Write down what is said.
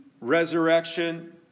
resurrection